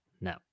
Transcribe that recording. No